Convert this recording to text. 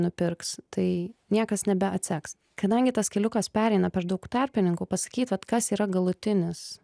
nupirks tai niekas nebeatseks kadangi tas keliukas pereina per daug tarpininkų pasakyt vat kas yra galutinis